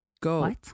Go